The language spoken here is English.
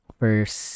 first